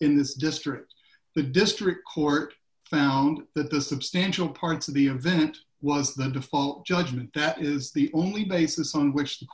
in this district the district court found that the substantial parts of the event was the default judgment that is the only basis on which the